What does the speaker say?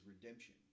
redemption